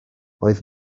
oedd